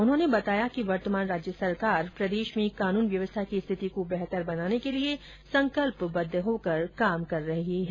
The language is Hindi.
उन्होंने बताया वर्तमान राज्य सरकार प्रदेश में कानून व्यवस्था की स्थिति को बेहतर बनाने के लिए संकल्पबद्ध होकर काम कर रही है